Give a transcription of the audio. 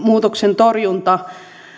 torjunta